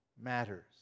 matters